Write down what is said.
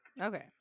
Okay